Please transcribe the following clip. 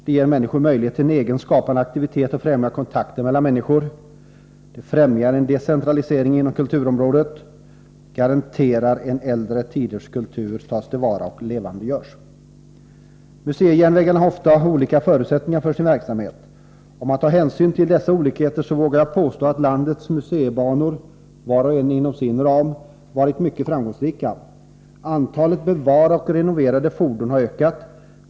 Den ger människor möjlighet till egen skapande aktivitet och främjar kontakten mellan människor. Den främjar en decentralisering inom kulturområdet. Den garanterar att äldre tiders kultur tas till vara och levandegörs. Museijärnvägarna har olika förutsättningar för sin verksamhet. Om man tar hänsyn till dessa olikheter, vågar jag påstå att landets museibanor, var och en inom sin ram, varit mycket framgångsrika. Antalet bevarade och renoverade fordon har ökat.